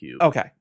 okay